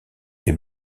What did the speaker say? est